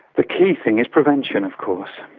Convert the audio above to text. the key thing is prevention of course,